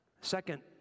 Second